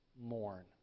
mourn